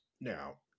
Now